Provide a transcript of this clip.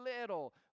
little